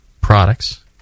products